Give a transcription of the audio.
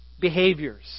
Behaviors